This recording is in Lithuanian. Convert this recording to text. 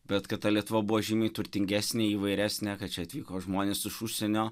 bet kad ta lietuva buvo žymiai turtingesnė įvairesnė kad čia atvyko žmonės iš užsienio